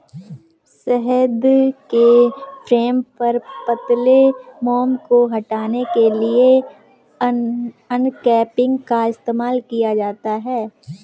शहद के फ्रेम पर पतले मोम को हटाने के लिए अनकैपिंग का इस्तेमाल किया जाता है